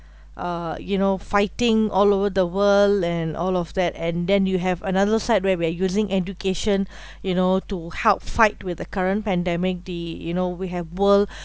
uh you know fighting all over the world and all of that and then you have another side where we're using education you know to help fight with the current pandemic the you know we have world